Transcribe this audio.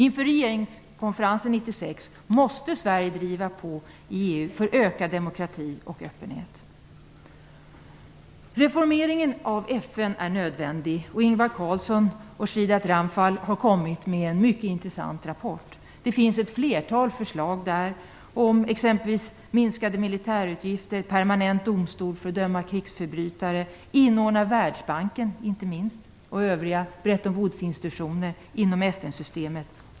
Inför regeringskonferensen 1996 måste Sverige driva på i EU för ökad demokrati och öppenhet. Reformeringen av FN är nödvändig. Ingvar Carlsson och Shridath Ramphal har kommit med en mycket intressant rapport. Där finns ett flertal förslag, exempelvis om minskade militärutgifter, om en permanent domstol för att döma krigsförbrytare och inte minst om att inordna Världsbanken och övriga Bretton Woods-institutioner i FN-systemet.